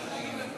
תגיד לנו.